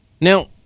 Now